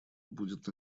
будет